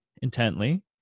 intently